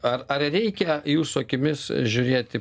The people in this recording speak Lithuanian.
ar ar reikia jūsų akimis žiūrėti